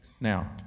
Now